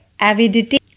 avidity